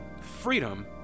Freedom